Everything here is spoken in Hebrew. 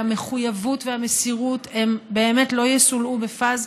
והמחויבות והמסירות הם באמת לא יסולאו בפז,